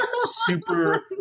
Super